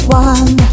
one